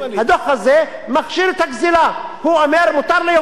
הוא אומר: מותר ליהודים לקנות במה שהוא קורא יהודה ושומרון.